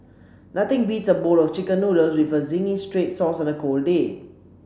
nothing beats a bowl of chicken noodles with zingy red sauce on a cold day